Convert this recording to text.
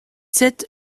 sept